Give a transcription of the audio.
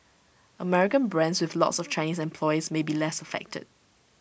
American brands with lots of Chinese employees may be less affected